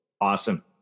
Awesome